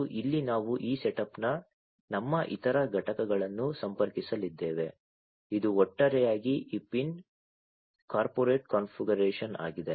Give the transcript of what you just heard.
ಮತ್ತು ಇಲ್ಲಿ ನಾವು ಈ ಸೆಟಪ್ನ ನಮ್ಮ ಇತರ ಘಟಕಗಳನ್ನು ಸಂಪರ್ಕಿಸಲಿದ್ದೇವೆ ಇದು ಒಟ್ಟಾರೆಯಾಗಿ ಈ ಪಿನ್ ಕಾರ್ಪೊರೇಟ್ ಕಾನ್ಫಿಗರೇಶನ್ ಆಗಿದೆ